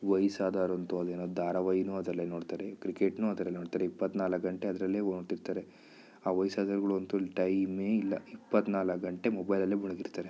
ವಯಸ್ಸಾದರಂತೂ ಅದೇನೊ ಧಾರಾವಾಹಿಯೂ ಅದರಲ್ಲೆ ನೋಡ್ತಾರೆ ಕ್ರಿಕೆಟ್ನು ಅದರಲ್ಲೆ ನೋಡ್ತಾರೆ ಇಪ್ಪತ್ನಾಲ್ಕು ಗಂಟೆ ಅದರಲ್ಲೆ ನೋಡ್ತಿರ್ತಾರೆ ಆ ವಯ್ಸಾದವ್ರುಗಳಂತು ಟೈಮೇ ಇಲ್ಲ ಇಪ್ಪತ್ನಾಲ್ಕು ಗಂಟೆ ಮೊಬೈಲಲ್ಲೆ ಮುಳುಗಿರ್ತಾರೆ